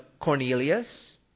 Cornelius